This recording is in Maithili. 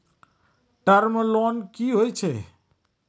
टर्म लोन कि होय छै?